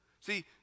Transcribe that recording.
See